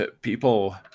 People